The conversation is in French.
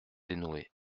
dénouer